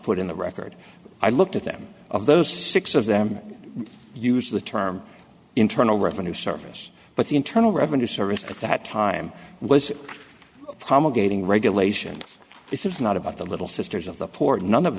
put in the record i looked at them of those six of them use the term internal revenue service but the internal revenue service at that time was promulgating regulations this is not about the little sisters of the poor and none of